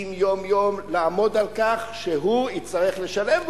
מקפידים יום-יום לעמוד על כך שהוא יצטרך לשלם,